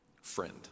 friend